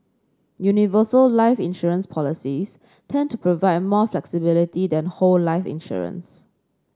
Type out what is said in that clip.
universal life insurance policies tend to provide more flexibility than whole life insurance